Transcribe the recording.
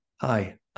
Hi